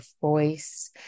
voice